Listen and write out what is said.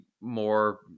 more